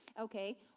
Okay